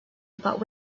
about